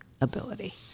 ability